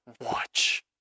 Watch